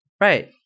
Right